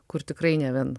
kur tikrai ne vien